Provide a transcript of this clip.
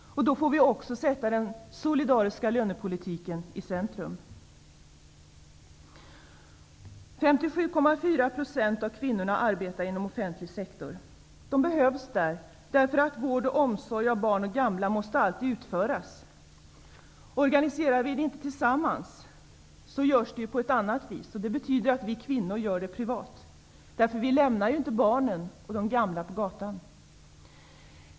Då får vi också sätta den solidariska lönepolitiken i centrum. De behövs där därför att vård och omsorg av barn och gamla alltid måste utföras. Organiserar vi det inte tillsammans görs det på ett annat vis, och det betyder att vi kvinnor gör det privat. Vi lämnar inte barnen och de gamla på gatan.